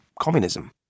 communism